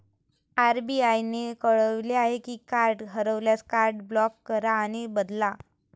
RBI ने कळवले आहे की कार्ड हरवल्यास, कार्ड ब्लॉक करा आणि बदला